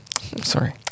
Sorry